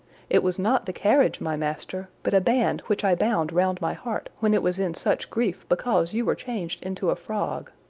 it was not the carriage, my master, but a band which i bound round my heart when it was in such grief because you were changed into a frog.